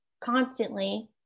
constantly